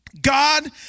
God